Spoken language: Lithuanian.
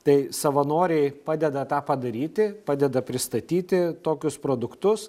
tai savanoriai padeda tą padaryti padeda pristatyti tokius produktus